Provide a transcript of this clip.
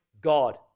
God